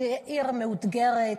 עיר מאותגרת,